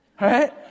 right